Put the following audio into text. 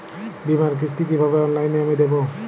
বীমার কিস্তি কিভাবে অনলাইনে আমি দেবো?